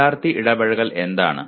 വിദ്യാർത്ഥി ഇടപഴകൽ എന്താണ്